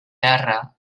terra